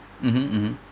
mmhmm mmhmm